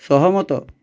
ସହମତ